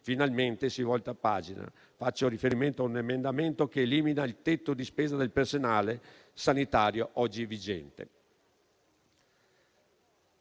finalmente si volta pagina. Faccio riferimento a un emendamento che elimina il tetto di spesa del personale sanitario oggi vigente.